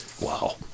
Wow